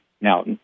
Now